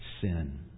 sin